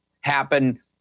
happen